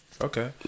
okay